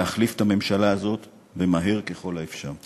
להחליף את הממשלה הזאת, ומהר ככל האפשר.